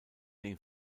den